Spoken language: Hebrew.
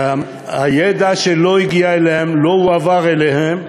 הידע שלא הגיע אליהן, לא הועבר אליהן,